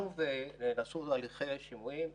שוב נעשו הליכי שימועים,